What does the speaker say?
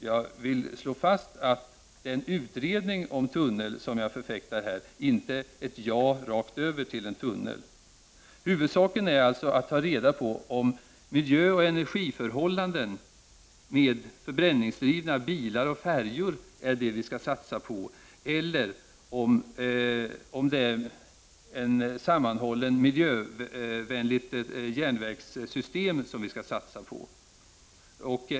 Jag vill slå fast att den utredning om en tunnel som jag förfäktar inte är ett ja rakt av till en tunnel. Huvudsaken är att undersöka miljöoch energiförhållanden, om det är förbränningsdrivna bilar och färjor som vi skall satsa på eller om det är ett sammanhållet, miljövänligt järnvägssystem.